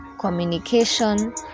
communication